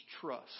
trust